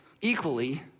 equally